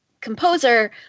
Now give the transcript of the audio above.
composer